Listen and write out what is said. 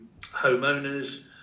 homeowners